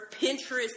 Pinterest